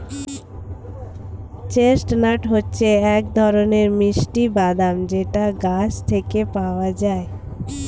chestnut হচ্ছে এক ধরনের মিষ্টি বাদাম যেটা গাছ থেকে পাওয়া যায়